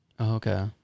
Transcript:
Okay